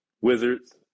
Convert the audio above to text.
Wizards